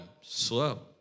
Slow